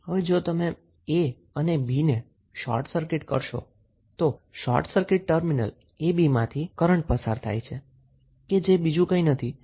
હવે જો તમે a અને b ને શોર્ટ સર્કીટ કરશો તો short circuit terminal a b માંથી કરન્ટ પસાર થાય છે જે બીજું કઈં નથી પરંતુ 𝐼𝑁 છે